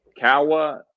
Kawa